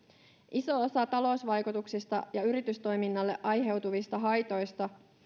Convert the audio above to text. iso osa talousvaikutuksista ja yritystoiminnalle aiheutuvista haitoista